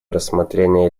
рассмотрения